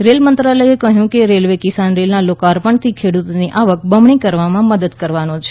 railway મંત્રાલયે કહ્યું કે રેલવે કિસાન રેલના લોકાર્પણથી ખેડૂતોની આવક બમણી કરવામાં મદદ કરવાનો છે